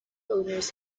owners